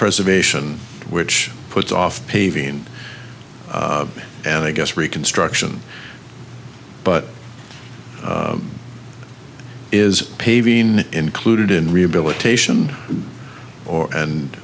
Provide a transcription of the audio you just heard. preservation which puts off paving and i guess reconstruction but is paving in included in rehabilitation or and